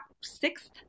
sixth